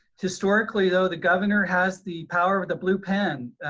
historically though, the governor has the power of the blue pen,